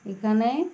এইখানে